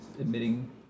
admitting